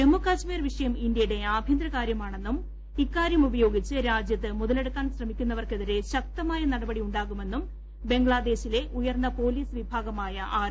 ജമ്മുകാശ്മീർ വിഷയം ഇന്ത്യയുടെ ആഭ്യന്തരകാര്യമാണെന്നും ഇക്കാര്യം ഉപയോഗിച്ച് രാജ്യത്ത് മുതലെടുക്കാൻ ശ്രമിക്കുന്നവർക്കെതിരെ ബംഗ്ലാദേശിലെ ഉയർന്ന പൊലീസ് വിഭാഗമായ ആർ